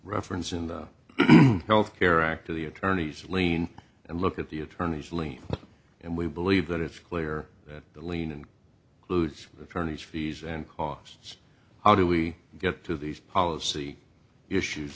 reference in the health care act to the attorneys lean and look at the attorneys link and we believe that it's clear that the lien and clues return these fees and costs how do we get to these policy issues